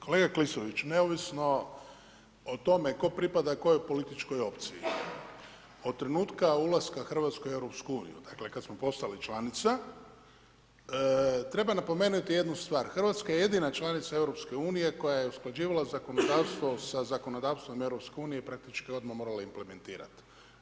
Kolega Klisović, neovisno o tome tko pripada kojoj političkoj opciji, od trenutka ulaska Hrvatske u EU dakle kada smo postali članica treba napomenuti jednu stvar, Hrvatska je jedina članica EU koja je usklađivala zakonodavstvo sa zakonodavstvom EU i praktički odmah morala implementirati.